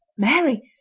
mary!